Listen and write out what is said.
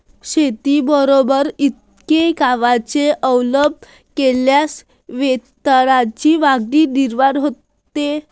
शेतीबरोबरच इतर कामांचा अवलंब केल्यास वेतनाची मागणी निर्माण होते